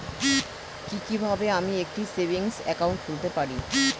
কি কিভাবে আমি একটি সেভিংস একাউন্ট খুলতে পারি?